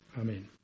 Amen